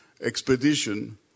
expedition